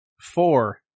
Four